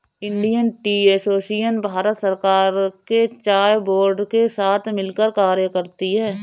Indian tea association Bharat सरकार के चाय बोर्ड के साथ मिलकर कार्य करती है